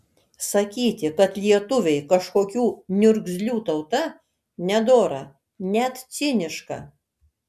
sakyti kad lietuviai kažkokių niurgzlių tauta nedora net ciniška